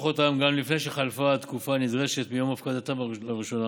אותם גם לפני שחלפה התקופה הנדרשת מיום הפקדתם לראשונה,